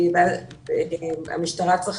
המשטרה,